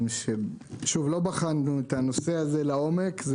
לא בחנו את הנושא הזה לעומק.